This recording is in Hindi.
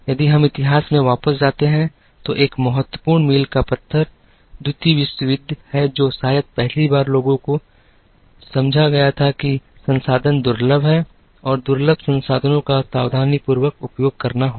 यदि हम इतिहास में वापस जाते हैं तो एक महत्वपूर्ण मील का पत्थर द्वितीय विश्व युद्ध है जो शायद पहली बार लोगों को समझा गया था कि संसाधन दुर्लभ हैं और दुर्लभ संसाधनों का सावधानीपूर्वक उपयोग करना होगा